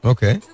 Okay